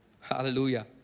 Hallelujah